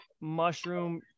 mushroom